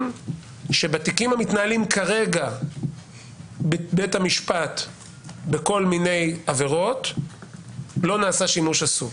שבתיקים המתנהלים כרגע בבית המשפט בכל מיני עבירות לא נעשה שימוש אסור.